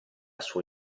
sua